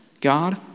God